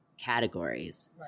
categories